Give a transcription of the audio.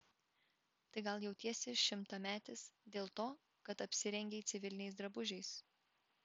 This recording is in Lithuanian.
tai gal jautiesi šimtametis dėl to kad apsirengei civiliniais drabužiais